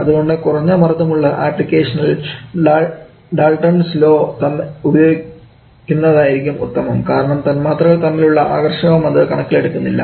അതുകൊണ്ട് കുറഞ്ഞ മർദ്ദം ഉള്ള ആപ്ലിക്കേഷനുകളിൽ ഡാൽട്ടൻസ്സ് ലോ ഉപയോഗിക്കുന്നതായിരിക്കും ഉത്തമം കാരണം തന്മാത്രകൾ തമ്മിലുള്ള ആകർഷണമതു കണക്കിലെടുക്കുന്നില്ല